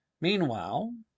Meanwhile